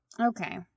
Okay